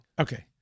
Okay